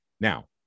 Now